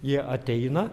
jie ateina